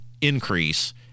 increase